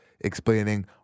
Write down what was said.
explaining